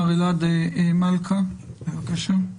מר אלעד מלכא, בבקשה.